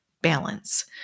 balance